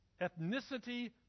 ethnicity